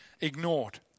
ignored